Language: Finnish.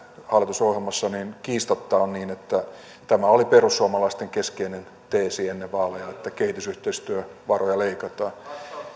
hallitusohjelmassa niin kiistatta on niin että tämä oli perussuomalaisten keskeinen teesi ennen vaaleja että kehitysyhteistyövaroja leikataan